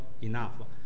enough